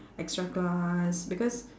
extra class because